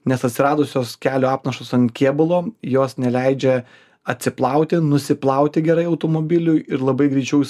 nes atsiradusios kelio apnašos ant kėbulo jos neleidžia atsiplauti nusiplauti gerai automobiliui ir labai greičiau jisai purvinasi tas automobilis limpa